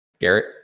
Garrett